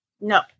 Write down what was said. no